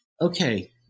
okay